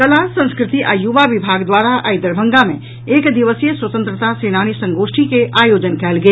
कला संस्कृति आ युवा विभाग द्वारा आई दरभंगा मे एक दिवसीय स्वतंत्रता सेनानी संगोष्ठी के आयोजन कयल गेल